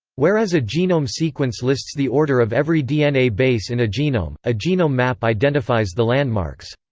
whereas a genome sequence lists the order of every dna base in a genome, a genome map identifies the landmarks.